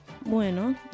Bueno